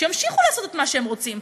שימשיכו לעשות מה שהם רוצים,